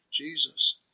Jesus